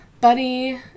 buddy